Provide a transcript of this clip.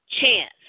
chance